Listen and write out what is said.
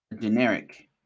generic